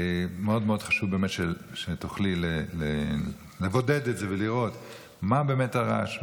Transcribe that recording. מאוד מאוד חשוב באמת שתוכלי לבודד את זה ולראות מה באמת הרעש,